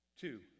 Two